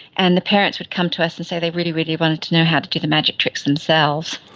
and the parents would come to us and say they really, really wanted to know how to do the magic tricks themselves.